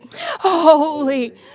Holy